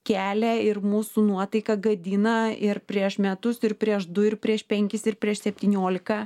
kelia ir mūsų nuotaiką gadina ir prieš metus ir prieš du ir prieš penkis ir prieš septyniolika